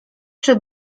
czy